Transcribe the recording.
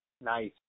Nice